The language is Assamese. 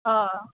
অঁ